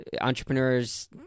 entrepreneurs